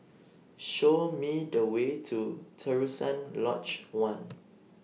Show Me The Way to Terusan Lodge one